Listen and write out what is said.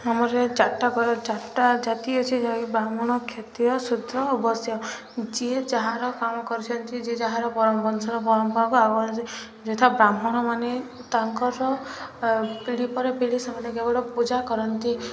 ଆମର ଚାରିଟା ଚାରଟା ଜାତି ଅଛି ଯାହାକି ବ୍ରାହ୍ମଣ କ୍ଷତ୍ରିୟ ଶୂଦ୍ର ବୈଶ୍ୟ ଯିଏ ଯାହାର କାମ କରିଛନ୍ତି ଯିଏ ଯାହାର ବଂଶର ପରମ୍ପରାକୁ ଯଥା ବ୍ରାହ୍ମଣମାନେ ତାଙ୍କର ପିଢ଼ି ପରେ ପିଢ଼ି ସେମାନେ କେବଳ ପୂଜା କରନ୍ତି